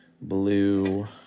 blue